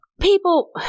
People